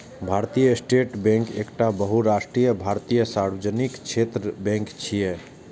भारतीय state bank एकटा बहुराष्ट्रीय भारतीय सार्वजनिक क्षेत्रक बैंक छियै